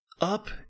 up